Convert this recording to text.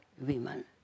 women